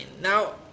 Now